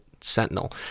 Sentinel